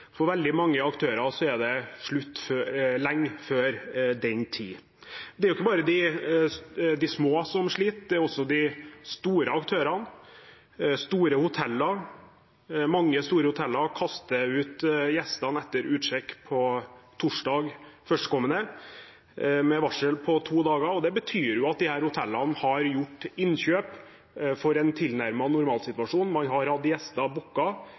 For veldig mange aktører er det slutt lenge før den tid. Det er jo ikke bare de små som sliter, det er også de store aktørene. Mange store hoteller kaster ut gjestene etter utsjekk torsdag førstkommende, med to dagers varsel. Det betyr at disse hotellene har gjort innkjøp for en tilnærmet normalsituasjon. Man har i mange uker tilbake hatt gjester